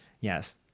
Yes